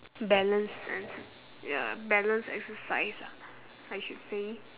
balance and s~ ya balance exercise ah I should say